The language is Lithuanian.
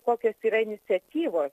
kokios yra iniciatyvos